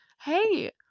hey